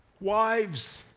wives